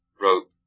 wrote